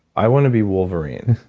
i want to be wolverine,